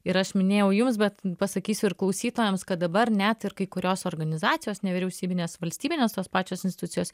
ir aš minėjau jums bet pasakysiu ir klausytojams kad dabar net ir kai kurios organizacijos nevyriausybinės valstybinės tos pačios institucijos